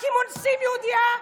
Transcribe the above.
רק אם אונסים יהודייה?